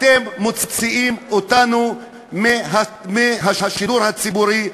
אתם מוציאים אותנו מהשידור הציבורי,